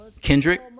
Kendrick